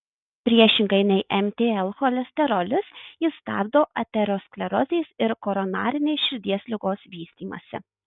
priešingai nei mtl cholesterolis jis stabdo aterosklerozės ir koronarinės širdies ligos vystymąsi